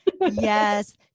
Yes